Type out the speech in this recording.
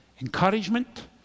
encouragement